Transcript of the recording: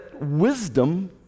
wisdom